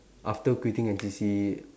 after quitting N_C_C